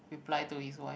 reply to his wife